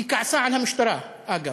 היא כעסה על המשטרה, אגב.